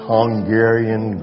Hungarian